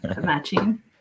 matching